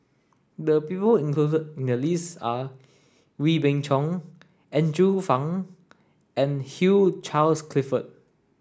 the people included in the list are Wee Beng Chong Andrew Phang and Hugh Charles Clifford